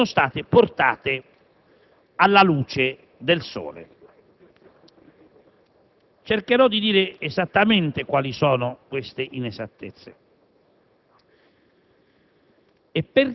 poi, sono state portate alla luce del sole. Cercherò di dire esattamente quali sono queste inesattezze.